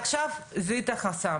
עכשיו זיהית חסם,